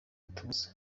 itubuza